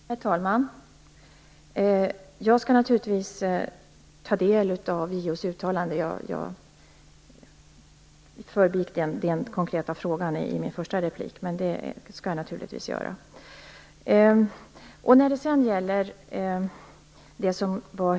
Herr talman! Jag skall naturligtvis ta del av JO:s uttalande. Jag förbigick den konkreta frågan i mitt första inlägg. Men det skall jag naturligtvis göra.